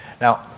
Now